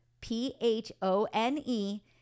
P-H-O-N-E